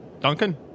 Duncan